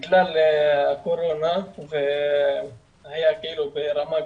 בגלל הקורונה שהייתה ברמה גבוהה.